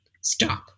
stop